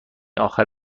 آخر